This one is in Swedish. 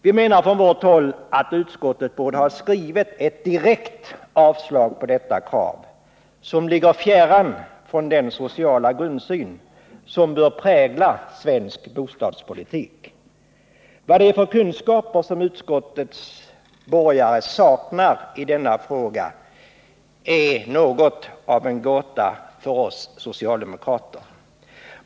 Vi menar från vårt håll att utskottet borde ha föreslagit ett direkt avslag på detta krav, som ligger fjärran från den sociala grundsyn som bör prägla svensk bostadspolitik. Vad det är för kunskaper som utskottets borgare saknar i denna fråga är något av en gåta för oss socialdemokrater.